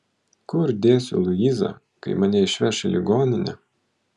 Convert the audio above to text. kur dėsiu luizą kai mane išveš į ligoninę